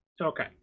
Okay